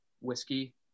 whiskey